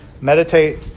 Meditate